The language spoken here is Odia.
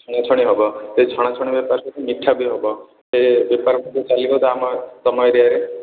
ଛଣା ଛାଣି ହେବ ସେଇ ଛଣା ଛାଣି ବେପାର ସହିତ ମିଠା ବି ହେବ ସେ ବେପାର ପୁଣି ଚାଲିବ ତ ଆମ ତୁମ ଏରିଆରେ